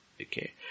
Okay